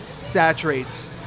saturates